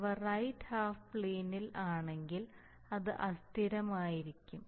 അവ right half പ്ലെയിനിൽ ആണെങ്കിൽ അത് അസ്ഥിരമായിരിക്കും